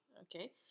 Okay